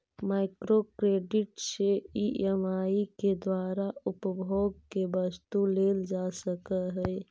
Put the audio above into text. micro credit से EMI के द्वारा उपभोग के वस्तु लेल जा सकऽ हई